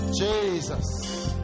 Jesus